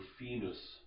Rufinus